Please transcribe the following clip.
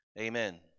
Amen